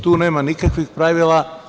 Tu nema nikakvih pravila.